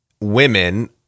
women